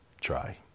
try